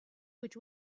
which